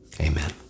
amen